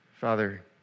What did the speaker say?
Father